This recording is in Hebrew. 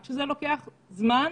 רק כשזה לוקח זמן.